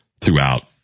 throughout